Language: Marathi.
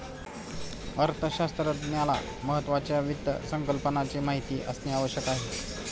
अर्थशास्त्रज्ञाला महत्त्वाच्या वित्त संकल्पनाची माहिती असणे आवश्यक आहे